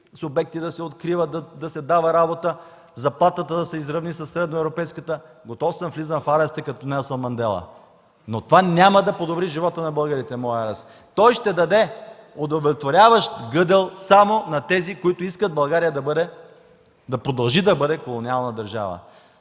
субекти, да се дава работа, заплатата да се изравни със средноевропейската. Готов съм и влизам в ареста като Нелсън Мандела. Но моят арест няма да подобри живота на българите. Той ще даде удовлетворяващ гъдел само на тези, които искат България да продължи да бъде колониална държава.